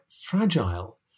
fragile